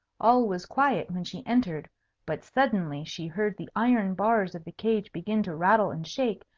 all was quiet when she entered but suddenly she heard the iron bars of the cage begin to rattle and shake,